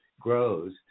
grows